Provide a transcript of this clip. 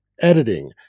editing